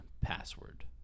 Password